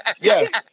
Yes